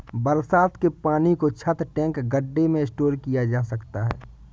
बरसात के पानी को छत, टैंक, गढ्ढे में स्टोर किया जा सकता है